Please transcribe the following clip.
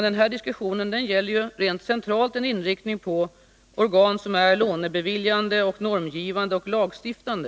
Den här diskussionen gäller rent centralt en inriktning på organ som är lånebeviljande, normgivande och lagstiftande.